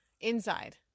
inside